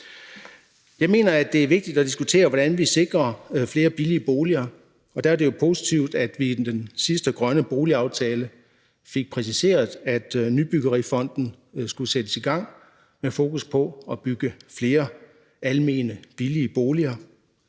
Jeg mener, at det er vigtigt at diskutere, hvordan vi sikrer flere billige boliger, og der er det jo positivt, at vi i den sidste grønne boligaftale fik præciseret, at Nybyggerifonden skulle sættes i gang med at tage et øget fokus på at bygge flere almene, billige boliger.